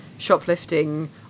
Shoplifting